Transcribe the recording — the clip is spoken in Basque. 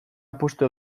apustu